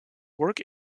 work